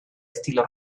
estilo